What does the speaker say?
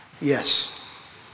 Yes